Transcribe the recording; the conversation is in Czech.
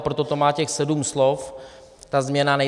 Proto to má těch sedm slov, ta změna.